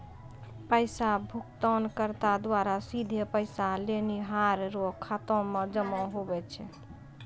पैसा भुगतानकर्ता द्वारा सीधे पैसा लेनिहार रो खाता मे जमा हुवै छै